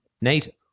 Nate